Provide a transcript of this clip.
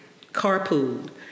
carpooled